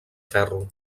ferro